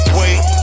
wait